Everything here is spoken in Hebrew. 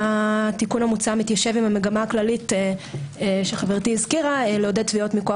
התיקון המוצע מתיישב עם המגמה הכללית לעודד תביעות מכוח